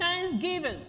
thanksgiving